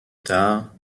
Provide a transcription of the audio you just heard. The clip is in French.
tard